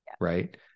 right